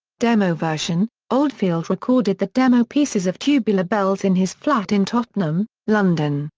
demo version oldfield recorded the demo pieces of tubular bells in his flat in tottenham, london,